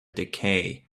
decay